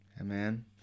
amen